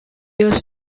years